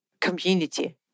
community